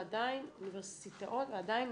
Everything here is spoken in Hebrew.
ועדיין